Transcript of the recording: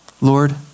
Lord